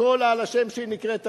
לקרוא לה בשם שהיא נקראת היום.